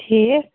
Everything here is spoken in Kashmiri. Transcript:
ٹھیٖک